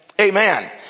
amen